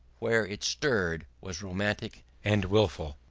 where it stirred, was romantic and wilful.